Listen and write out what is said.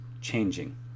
changing